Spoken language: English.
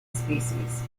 species